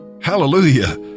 Hallelujah